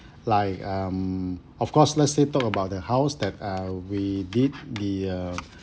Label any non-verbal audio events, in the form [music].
[breath] like um of course let's say talk about the house that uh we did we uh